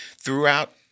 Throughout